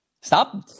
Stop